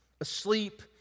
asleep